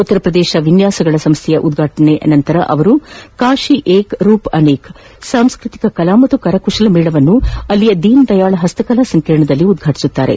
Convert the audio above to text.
ಉತ್ತರ ಪ್ರದೇಶ ವಿನ್ಯಾಸಗಳ ಸಂಸ್ಥೆಯ ಉದ್ಘಾಟನೆಯ ನಂತರ ಅವರು ಕಾಶಿ ಏಕ್ ರೂಪ್ ಅನೇಕ್ ಸಾಂಸ್ಕತಿಕ ಕಲಾ ಮತ್ತು ಕರಕುಶಲ ಮೇಳವನ್ನು ಅಲ್ಲಿಯ ದೀನ್ ದಯಾಳ್ ಹಸ್ತಕಲಾ ಸಂಕೀರ್ಣದಲ್ಲಿ ಉದ್ವಾಟಿಸುತ್ತಾರೆ